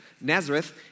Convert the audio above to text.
Nazareth